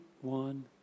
One